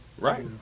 Right